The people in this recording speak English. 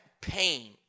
pain